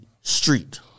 street